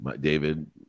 David